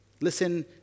listen